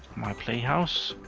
my playhouse.